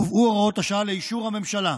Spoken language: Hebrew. הובאו הוראות השעה לאישור הממשלה.